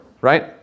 Right